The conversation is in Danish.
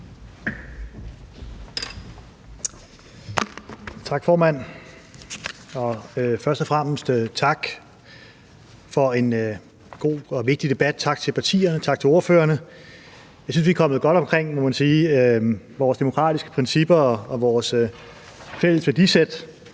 Tak, formand. Først og fremmest tak for en god og vigtig debat. Tak til partierne, tak til ordførerne. Jeg synes, vi er kommet godt omkring, må man sige, vores demokratiske principper og vores fælles værdisæt.